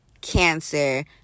cancer